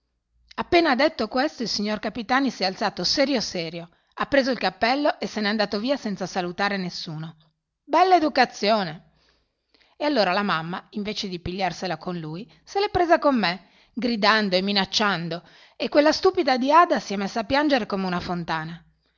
appena detto questo il signor capitani si è alzato serio serio ha preso il cappello e se n'è andato via senza salutare nessuno bella educazione e allora la mamma invece di pigliarsela con lui se l'è presa con me gridando e minacciando e quella stupida di ada si è messa a piangere come una fontana